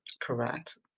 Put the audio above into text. Correct